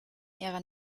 ihrer